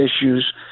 issues